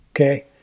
okay